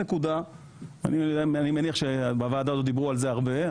אני מניח שבוועדה הזאת דיברו את זה הרבה,